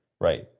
right